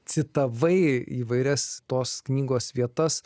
citavai įvairias tos knygos vietas